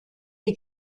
die